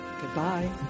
Goodbye